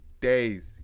days